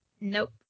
Nope